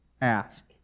Ask